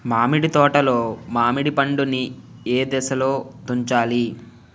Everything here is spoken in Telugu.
మామిడి తోటలో మామిడి పండు నీ ఏదశలో తుంచాలి?